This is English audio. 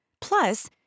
Plus